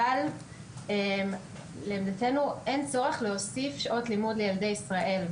אבל לעמדתנו אין צורך להוסיף שעות לימוד לילדי ישראל.